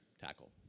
tackle